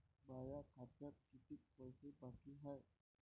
माया खात्यात कितीक पैसे बाकी हाय?